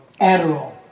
Adderall